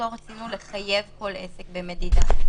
לא יציב שולחנות וכיסאות לאכילה בשטח